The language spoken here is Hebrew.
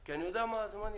כי אני יודע מה הזמנים.